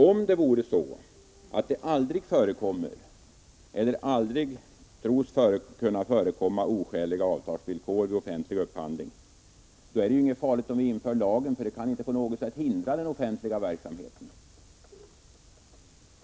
Om det aldrig förekommer eller aldrig tros kunna förekomma oskäliga avtalsvillkor vid offentlig upphandling, är det ingen fara i att vidga lagens tillämpningsområde. Detta kan då inte på något sätt hindra den offentliga verksamheten.